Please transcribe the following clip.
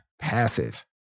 passive